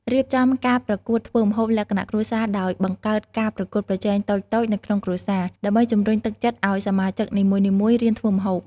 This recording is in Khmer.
រៀបចំការប្រកួតធ្វើម្ហូបលក្ខណៈគ្រួសារដោយ បង្កើតការប្រកួតប្រជែងតូចៗនៅក្នុងគ្រួសារ ដើម្បីជំរុញទឹកចិត្តឱ្យសមាជិកនីមួយៗរៀនធ្វើម្ហូប។